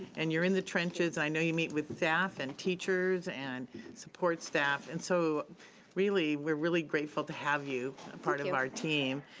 and you're in the trenches. i know you meet with staff and teachers and support staff, and so really we're really grateful to have you a part of our team,